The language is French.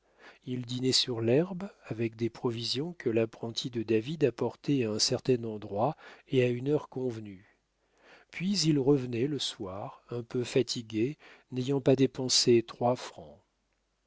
ils dînaient sur l'herbe avec des provisions que l'apprenti de david apportait à un certain endroit et à une heure convenue puis ils revenaient le soir un peu fatigués n'ayant pas dépensé trois francs